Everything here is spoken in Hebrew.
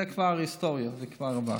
זה כבר היסטוריה, זה כבר עבר.